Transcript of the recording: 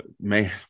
man